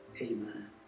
amen